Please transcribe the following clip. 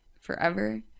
forever